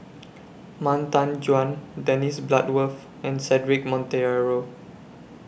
Han Tan Juan Dennis Bloodworth and Cedric Monteiro